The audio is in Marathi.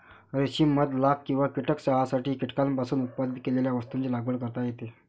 रेशीम मध लाख किंवा कीटक चहासाठी कीटकांपासून उत्पादित केलेल्या वस्तूंची लागवड करता येते